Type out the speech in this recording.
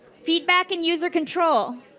feedback and user control.